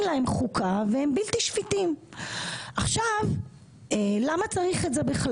להם חוקה והם בלתי שפיטים ועכשיו למה בכלל צריך את זה?